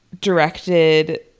directed